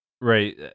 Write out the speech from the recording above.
Right